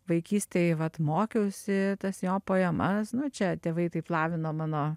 vaikystėj vat mokiausi tas jo poemas nu čia tėvai taip lavino mano